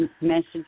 message